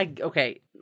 okay